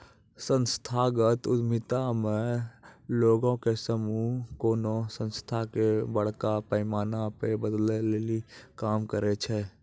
संस्थागत उद्यमिता मे लोगो के समूह कोनो संस्था के बड़का पैमाना पे बदलै लेली काम करै छै